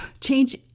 change